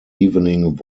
evening